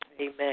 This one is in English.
Amen